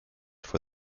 for